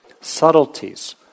subtleties